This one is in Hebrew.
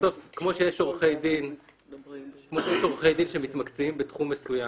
כמו שיש עורכי דין שמתמקצעים בתחום מסוים,